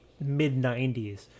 mid-90s